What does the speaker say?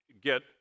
get